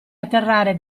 atterrare